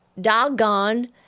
doggone